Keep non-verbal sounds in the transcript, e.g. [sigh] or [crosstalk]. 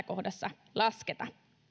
[unintelligible] kohdassa lasketa